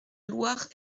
loire